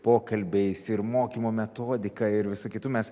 pokalbiais ir mokymo metodika ir visu kitu mes